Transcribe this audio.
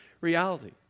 reality